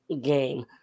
game